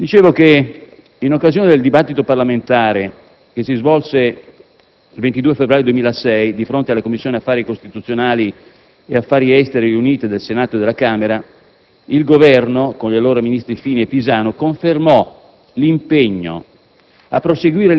Nord-Africa. In occasione del dibattito parlamentare che si svolse il 22 febbraio 2006 di fronte alle Commissioni affari costituzionali e affari esteri riunite del Senato e della Camera, il Governo, con gli allora ministri Fini e Pisanu, confermò l'impegno